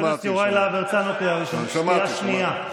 אתה חלש.